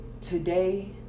today